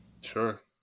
Sure